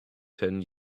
ten